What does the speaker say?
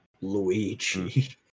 Luigi